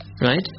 Right